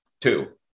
two